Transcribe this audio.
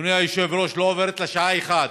אדוני היושב-ראש, לא עוברת לה שעה אחת,